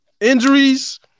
Injuries